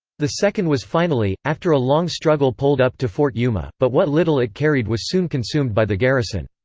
the second was finally, after a long struggle poled up to fort yuma, but what little it carried was soon consumed by the garrison.